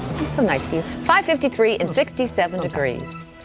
some nice to five fifty three in sixty seven degrees.